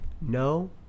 no